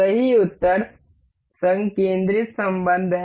सही उत्तर संकेंद्रित संबंध है